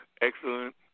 excellent